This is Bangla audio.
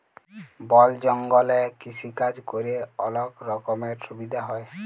বল জঙ্গলে কৃষিকাজ ক্যরে অলক রকমের সুবিধা হ্যয়